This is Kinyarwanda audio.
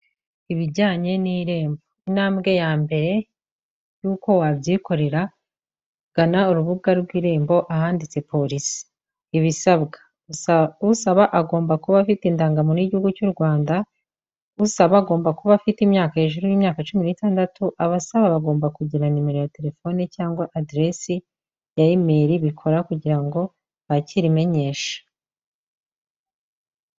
Ibijyanye n'irembo intambwe ya mbere y'uko wabyikorera, gana urubuga rw'irembo ahanditse polisi, ibisabwa: usaba agomba kuba afite indangamuntu y'igihugu cy'u Rwanda, usaba agomba kuba afite imyaka hejuru y'imyaka cumi n'itandatu, abasaba bagomba kugira nimero ya telefoni cyangwa aderesi ya imayiri bikora kugira ngo bakire imenyesha.